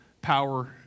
power